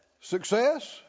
Success